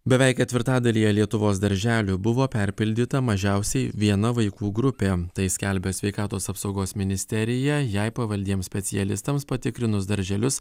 beveik ketvirtadalyje lietuvos darželių buvo perpildyta mažiausiai viena vaikų grupė tai skelbia sveikatos apsaugos ministerija jai pavaldiems specialistams patikrinus darželius